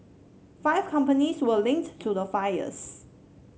five companies were linked to the fires